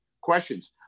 questions